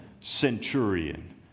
centurion